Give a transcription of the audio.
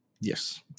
Yes